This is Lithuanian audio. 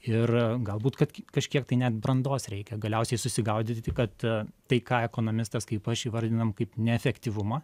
ir galbūt kad kažkiek tai net brandos reikia galiausiai susigaudyti kad tai ką ekonomistas kaip aš įvardinam kaip neefektyvumą